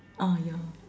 ah ya